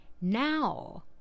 Now